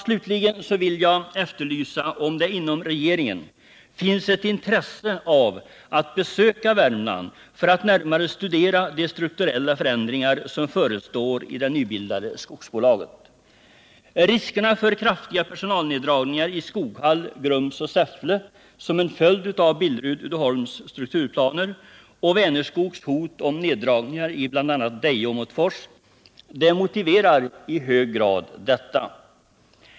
Slutligen vill jag efterlysa om det inom regeringen finns ett intresse för att besöka Värmland för att närmare studera de strukturella förändringar som förestår i det nybildade skogsbolaget. Riskerna för kraftiga personalneddragningar i Skoghall, Grums och Säffle som en följd av Billerud-Uddeholms strukturplaner och Vänerskogs hot om neddragningar i bl.a. Deje och Åmotfors motiverar i hög grad detta.